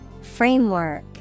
Framework